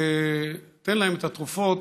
תן להם את התרופות,